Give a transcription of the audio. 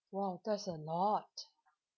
!wow! that's a lot